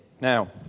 Now